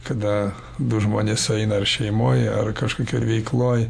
kada du žmonės sueina ar šeimoj ar kažkokioj veikloj